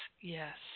yes